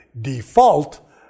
default